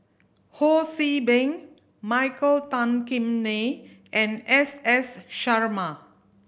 Ho See Beng Michael Tan Kim Nei and S S Sarma